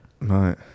Right